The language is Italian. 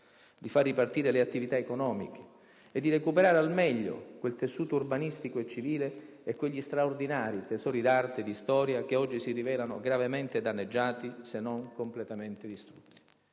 di far ripartire le attività economiche e di recuperare al meglio quel tessuto urbanistico e civile e quegli straordinari tesori d'arte e di storia che oggi si rivelano gravemente danneggiati, se non completamente distrutti.